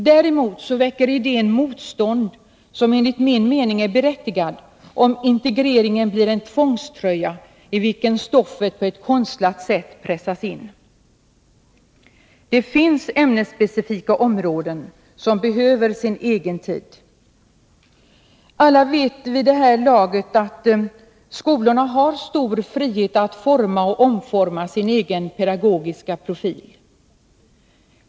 Däremot väcker idén motstånd, som enligt min mening är berättigat, om integrering blir en tvångströja i vilken stoffet på ett konstlat sätt pressas in. Det finns ämnesspecifika områden som behöver sin egen tid. Alla vet vid det här laget att skolorna har stor frihet att forma och omforma sin egen pedagogiska profil.